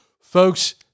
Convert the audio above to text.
Folks